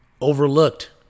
overlooked